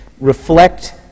reflect